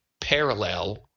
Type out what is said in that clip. parallel